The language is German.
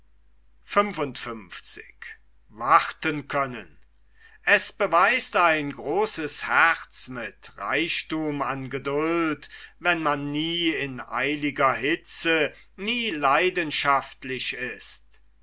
es beweist ein großes herz mit reichtum an geduld wenn man nie in eiliger hitze nie leidenschaftlich ist